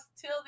Till